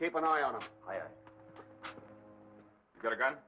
keep an eye on him i've got a gun